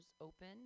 open